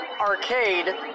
arcade